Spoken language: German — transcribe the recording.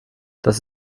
das